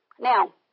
Now